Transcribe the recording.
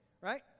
right